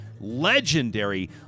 legendary